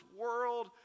world